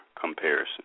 comparison